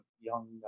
young